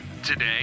today